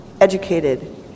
educated